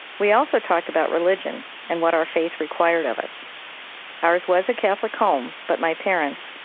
we also talked about religion and what our faith required of us ours was a catholic home, but my parents,